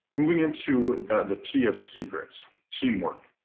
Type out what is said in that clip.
moving into the tea of secrets teamwork.